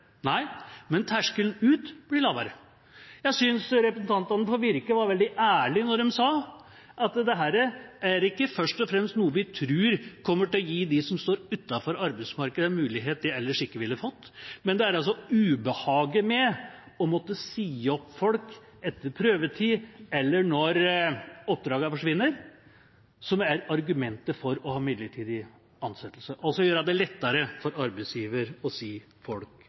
men terskelen ut blir lavere. Jeg synes representantene fra Virke var veldig ærlige da de sa at dette er ikke først og fremst noe vi tror kommer til å gi dem som står utenfor arbeidsmarkedet, mulighet de ellers ikke ville fått, men det er ubehaget med å måtte si opp folk etter prøvetid eller når oppdragene forsvinner, som er argumentet for å ha midlertidige ansettelser – altså gjøre det lettere for arbeidsgiver å si folk